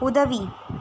உதவி